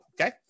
okay